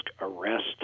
arrest